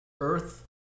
earth